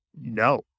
no